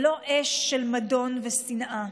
ולא אש של מדון ושנאה.